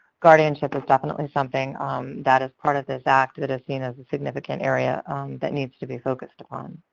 guardianship is definitely something that is part of this act that is seen as a significant area that needs to be focused on.